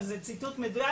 אבל זה ציטוט מדויק,